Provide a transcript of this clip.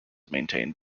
maintained